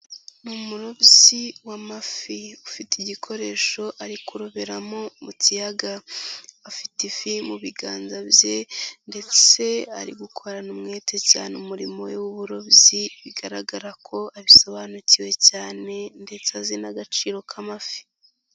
Ni umurobyi w'amafi ufite igikoresho ari kuroberamo mu kiyaga, afite ifi mu biganza bye ndetse ari gukorana umwete cyane umurimo w'uburobyi bigaragara ko abisobanukiwe cyane ndetse azi n'agaciro k'amafi.